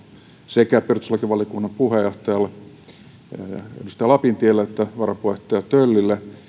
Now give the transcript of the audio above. sekä perustuslakivaliokunnan puheenjohtajalle edustaja lapintielle että varapuheenjohtaja töllille